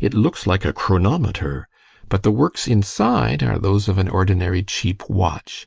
it looks like a chronometer but the works inside are those of an ordinary cheap watch